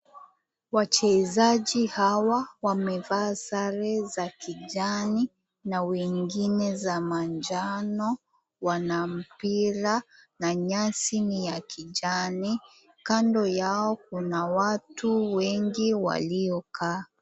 Wachezaji hawa wamevaa sare za kijani na wengine za manjano. Wana mpira, na nyasi ni ya kijani. Kando yao kuna watu wengi waliokaa.